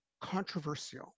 controversial